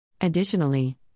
Additionally